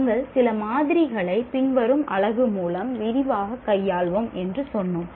நாங்கள் சில மாதிரிகளை பின்வரும் அலகு மூலம் விரிவாகக் கையாள்வோம் என்று சொன்னோம்